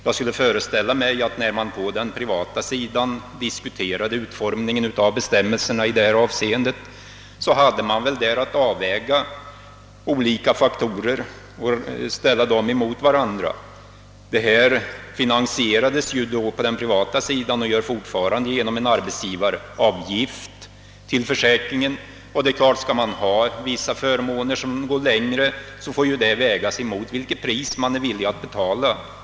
Jag skulle föreställa mig att när man på den privata sidan diskuterade utformningen av bestämmelserna i detta av seende, hade man att avväga och ställa olika faktorer mot varandra. Försäkringen finansierades på den privata sidan — och finansieras fortfarande — genom en arbetsgivaravgift. Skall man ha vissa förmåner som går längre, får dessa givetvis vägas mot vilket pris man är villig att betala.